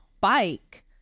bike